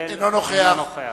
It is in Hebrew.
אינו נוכח